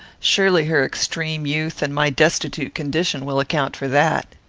surely her extreme youth, and my destitute condition, will account for that.